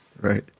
right